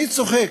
אני צוחק,